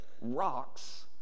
rocks